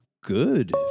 good